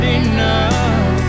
enough